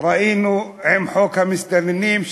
ראינו עם חוק המסתננים,